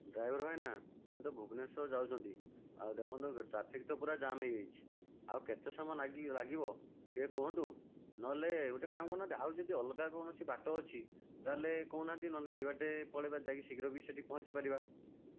driver ଭାଇନା ଆମେ ତ ଭୁବନେଶ୍ୱର ଯାଉଛନ୍ତି ଦେଖନ୍ତୁ ଟ୍ରାଫିକ ତ ପୁରା ଜାମ ହୋଇଯାଇଛି ଆଉ କେତେ ସମୟ ନାଗି ଲାଗିବ ଟିକେ କୁହନ୍ତୁ ନହେଲେ ଗୋଟିଏ କାମ୍ କରୁ ନାହାନ୍ତି ଆଉ ଯଦି ଅଲଗା କୌଣସି ବାଟ ଅଛି ତାହେଲେ କହୁନାହାନ୍ତି ନହେଲେ ସେହି ବାଟେ ପଳାଇବା ଯାଇକି ଶୀଘ୍ର ବି ସେଠି ପହଞ୍ଚି ପାରିବା